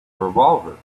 revolver